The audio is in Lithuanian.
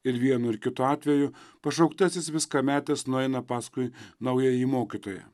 ir vienu ir kitu atveju pašauktasis viską metęs nueina paskui naująjį mokytoją